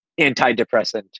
antidepressant